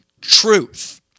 truth